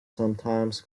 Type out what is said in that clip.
sometimes